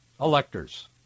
electors